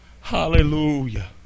hallelujah